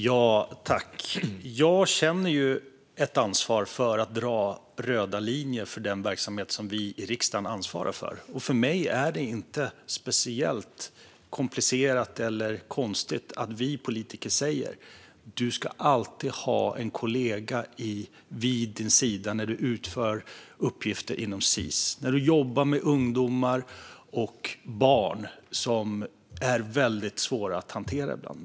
Fru talman! Jag känner ett ansvar för att dra röda linjer för den verksamhet som vi i riksdagen ansvarar för. För mig är det inte speciellt komplicerat eller konstigt om vi politiker säger att man alltid ska ha en kollega vid sin sida när man utför uppgifter inom Sis och jobbar med ungdomar och barn som ibland är väldigt svåra att hantera.